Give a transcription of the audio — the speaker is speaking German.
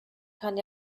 kann